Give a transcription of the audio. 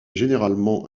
généralement